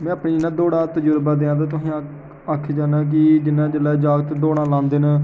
में अपनी इ'न्ना दौड़ा दा तजुर्बा देआं तां तोहें ई आखना चाह्न्नां की जि'यां जागत जौल्ले दौड़ां लांदे न ते